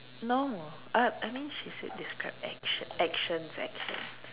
no more uh I mean she said describe action actions